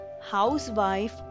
housewife